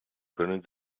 können